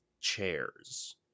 chairs